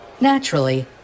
Naturally